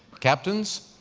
captains,